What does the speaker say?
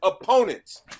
opponents